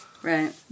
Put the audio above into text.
Right